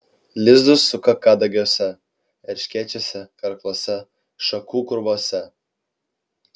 lizdus suka kadagiuose erškėčiuose karkluose šakų krūvose